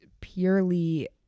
purely